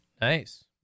Nice